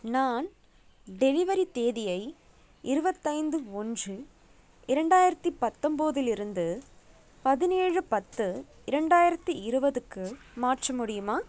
நான் டெலிவரி தேதியை இருபத்தைந்து ஒன்று இரண்டாயிரத்தி பத்தொம்போதில் இருந்து பதினேழு பத்து இரண்டாயிரத்தி இருபதுக்கு மாற்ற முடியுமா